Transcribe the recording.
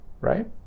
right